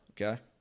okay